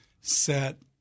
set